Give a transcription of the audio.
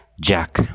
jack